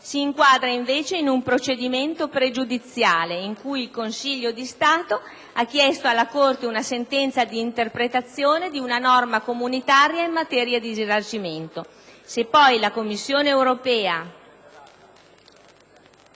si inquadra, invece, in un procedimento pregiudiziale, in cui il Consiglio di Stato ha chiesto alla Corte una sentenza di interpretazione di una norma comunitaria in materia di risarcimento.